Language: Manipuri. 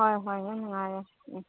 ꯍꯣꯏ ꯍꯣꯏ ꯌꯥꯝ ꯅꯨꯡꯉꯥꯏꯔꯦ ꯎꯝ